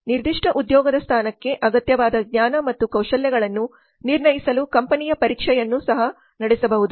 ನಿರ್ದಿಷ್ಟ ಉದ್ಯೋಗದ ಸ್ಥಾನಕ್ಕೆ ಅಗತ್ಯವಾದ ಜ್ಞಾನ ಮತ್ತು ಕೌಶಲ್ಯಗಳನ್ನು ನಿರ್ಣಯಿಸಲು ಕಂಪನಿಯ ಪರೀಕ್ಷೆಯನ್ನು ಸಹ ನಡೆಸಬಹುದು